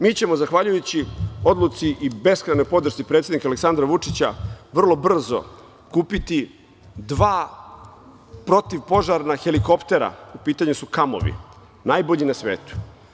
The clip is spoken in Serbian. Mi ćemo, zahvaljujući odluci i beskrajnoj podršci predsednika Aleksandra Vučića, vrlo brzo kupiti dva protivpožarna helikoptera, u pitanju su "Kamovi", najbolji na svetu.